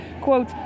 quote